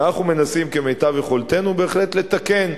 ואנחנו מנסים כמיטב יכולתנו בהחלט לתקן,